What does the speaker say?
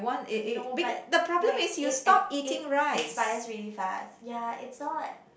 I don't know but like it ex~ it expires really fast ya it's not